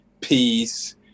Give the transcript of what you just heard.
peace